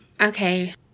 Okay